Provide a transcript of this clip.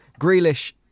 Grealish